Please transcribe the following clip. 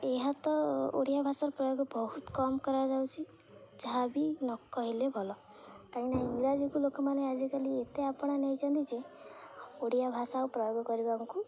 ଏହା ତ ଓଡ଼ିଆ ଭାଷାର ପ୍ରୟୋଗ ବହୁତ କମ୍ କରାଯାଉଛି ଯାହା ବିି ନ କହିଲେ ଭଲ କାଇଁନା ଇଂରାଜୀକୁ ଲୋକମାନେ ଆଜିକାଲି ଏତେ ଆପଣାଇ ନେଇଛନ୍ତି ଯେ ଓଡ଼ିଆ ଭାଷା ଆଉ ପ୍ରୟୋଗ କରିବାକୁ